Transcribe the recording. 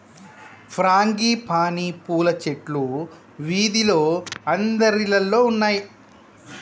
frangipani పూల చెట్లు వీధిలో అందరిల్లల్లో ఉన్నాయి